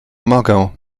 mogę